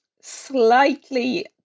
slightly